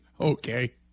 Okay